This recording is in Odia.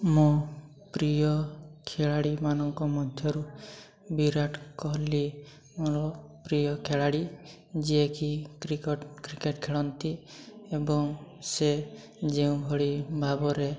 ମୁଁ ପ୍ରିୟ ଖେଳାଳି ମାନଙ୍କ ମଧ୍ୟରୁ ବିରାଟ କୋହଲି ମୋର ପ୍ରିୟ ଖେଳାଳି ଯିଏକି କ୍ରିକେଟ ଖେଳନ୍ତି ଏବଂ ସେ ଯେଉଁଭଳି ଭାବରେ